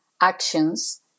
actions